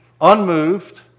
unmoved